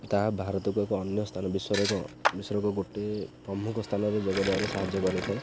ତାହା ଭାରତକୁ ଏକ ଅନ୍ୟ ସ୍ଥାନ ବିଶ୍ୱରେ ଏକ ବିଶ୍ୱରେ ଏକ ଗୋଟେ ପ୍ରମୁଖ ସ୍ଥାନରେ ଯୋଗ ଦେବାରେ ସାହାଯ୍ୟ କରିଥାଏ